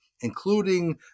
including